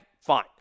fine